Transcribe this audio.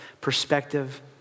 perspective